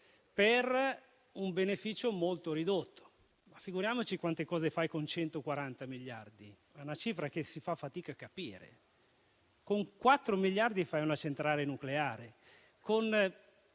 per un beneficio molto ridotto. Figuriamoci quante cose fai con 140 miliardi, è una cifra che si fa fatica a capire: con 4 miliardi fai una centrale nucleare, con